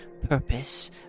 purpose